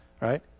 right